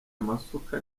amasuka